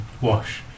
Wash